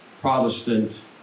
Protestant